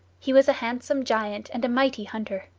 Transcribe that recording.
he was a handsome giant and a mighty hunter.